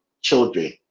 children